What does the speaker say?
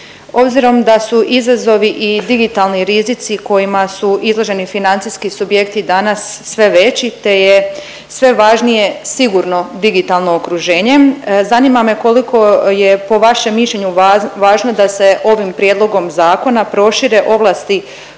obzirom da su izazovi i digitalni rizici kojima su izloženi financijski subjekti danas sve veći te je sve važnije sigurno digitalno okruženje zanima me koliko je po vašem mišljenju važno da se ovim prijedlogom zakona prošire ovlasti